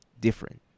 different